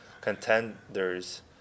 contenders